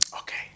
Okay